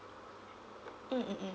mm mm mm